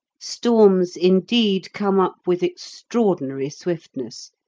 storms, indeed, come up with extraordinary swiftness,